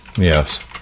Yes